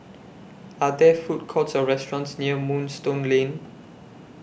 Are There Food Courts Or restaurants near Moonstone Lane